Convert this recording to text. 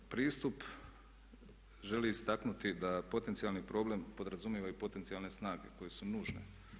Pristup želi istaknuti da potencijalni problem podrazumijeva i potencijalne snage koje su nužne.